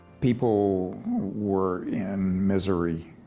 people were in misery,